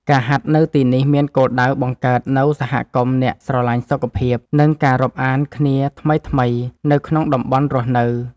ការហាត់នៅទីនេះមានគោលដៅបង្កើតនូវសហគមន៍អ្នកស្រឡាញ់សុខភាព និងការរាប់អានគ្នាថ្មីៗនៅក្នុងតំបន់រស់នៅ។